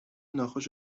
ناخوش